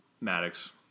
Maddox